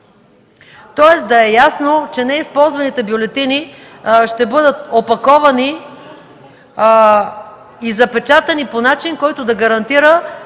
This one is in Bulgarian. Нека да е ясно, че неизползваните бюлетини ще бъдат опаковани и запечатани по начин, който да гарантира,